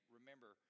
Remember